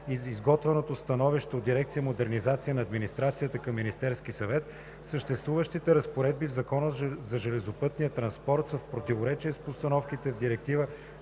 изготвено становище от дирекция „Модернизация на администрацията“ към Министерски съвет, съществуващите разпоредби в Закона за железопътния транспорт са в противоречие с постановките в Директива